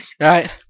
right